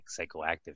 psychoactive